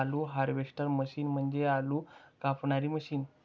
आलू harvester machine म्हणजे आलू कापणारी मशीन